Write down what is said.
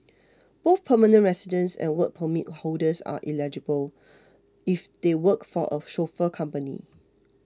both permanent residents and Work Permit holders are eligible if they work for a chauffeur company